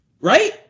Right